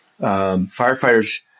firefighters